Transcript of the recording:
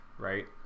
right